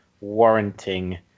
warranting